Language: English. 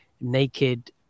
naked